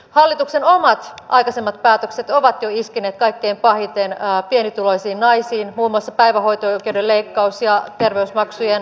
hallituksen omat aikaisemmat päätökset ovat jo iskeneet kaikkein pahiten pienituloisiin naisiin muun muassa päivähoito oikeuden leikkaus ja terveysmaksujen korotukset